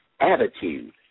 attitude